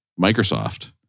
Microsoft